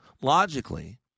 Logically